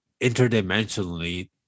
interdimensionally